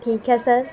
ٹھیک ہے سر